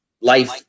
life